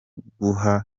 kuguha